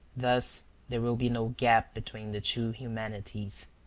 thus there will be no gap between the two humanities.